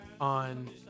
on